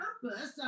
purpose